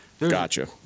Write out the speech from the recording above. Gotcha